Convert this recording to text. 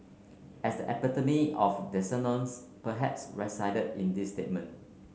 as the epitome of the dissonance perhaps resided in this statement